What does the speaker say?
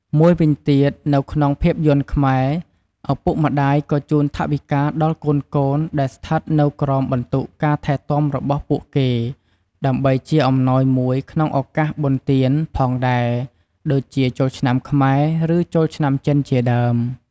មួយវិញទៀត នៅក្នុងភាពយន្តខ្មែរ ឪពុកម្ដាយក៏ជូនថវិកាដល់កូនៗដែលស្ថិតនៅក្រោមបន្ទុកការថែទាំរបស់ពួកគេ ដើម្បីជាអំណោយមួយក្នុងឱកាសបុណ្យទាន ផងដែរ ដូចជា ចូលឆ្នាំខ្មែរ ឬ ចូលឆ្នាំចិនជាដើម។